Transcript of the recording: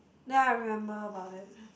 then I remember about it